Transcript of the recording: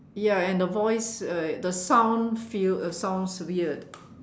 ya and the voice uh the sound feel uh sounds weird